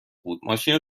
بود، ماشینو